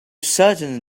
certainly